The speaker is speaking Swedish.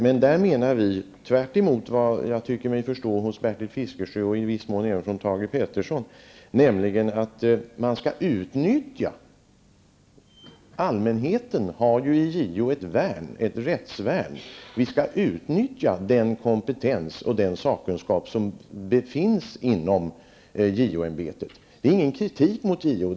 Men vi menar -- tvärtemot vad jag tycker mig förstå att Bertil Fiskesjö anser, och viss i mån även Thage Peterson -- att när allmänheten har ett rättsvärn i JO, skall vi utnyttja den kompetens och sakkunskap som finns inom JO-ämbetet. Det innebär ingen kritik mot JO.